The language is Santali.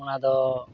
ᱚᱱᱟᱫᱚ